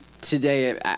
today